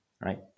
right